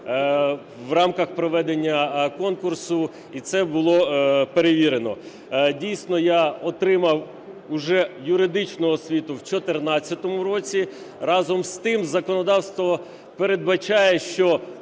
в рамках проведення конкурсу і це було перевірено. Дійсно, я отримав уже юридичну освіту в 14-му році, разом з тим законодавство передбачає, що